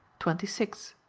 twenty six.